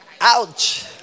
Ouch